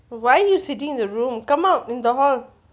why you sitting in the room come out in the hall